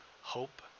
hope